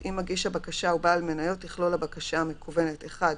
(ב) אם מגיש הבקשה הוא בעל מניות תכלול הבקשה מקוונת: (1)